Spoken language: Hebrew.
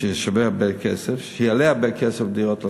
ששווה הרבה כסף, שיעלו הרבה כסף דירות להשכרה,